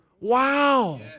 Wow